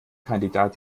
kandidat